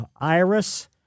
iris